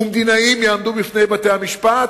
ומדינאים יעמדו בפני בתי-משפט?